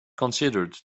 considered